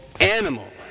animal